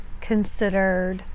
considered